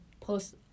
post